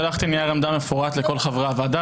שלחתי נייר עמדה מפורט לכל חברי הוועדה,